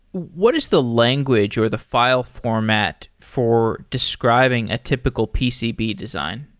what is the language or the file format for describing a typical pcb design?